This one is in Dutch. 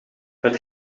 het